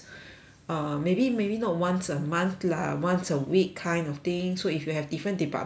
uh maybe maybe not once a month lah once a week kind of thing so if you have different departments